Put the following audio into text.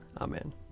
Amen